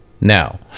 Now